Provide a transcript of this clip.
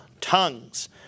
tongues